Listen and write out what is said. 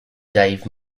dave